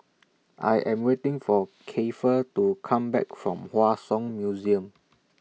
I Am waiting For Keifer to Come Back from Hua Song Museum